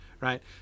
right